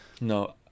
No